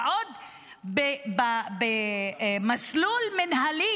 ועוד במסלול מינהלי,